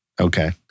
Okay